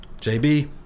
JB